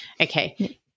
Okay